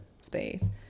space